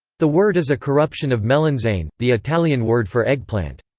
the word is a corruption of melanzane, the italian word for eggplant.